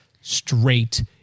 straight